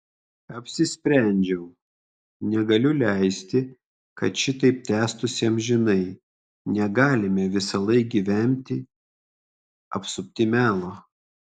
apsisprendžiau negaliu leisti kad šitaip tęstųsi amžinai negalime visąlaik gyventi apsupti melo